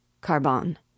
Carbon